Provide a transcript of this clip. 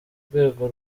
rwego